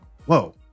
Whoa